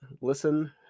listen